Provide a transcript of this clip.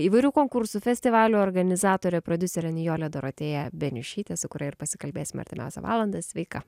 įvairių konkursų festivalių organizatorė prodiuserė nijolė dorotėja beniušytė su kuria ir pasikalbėsime artimiausią valandą sveika